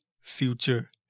future